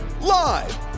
Live